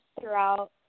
throughout